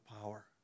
power